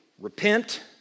Repent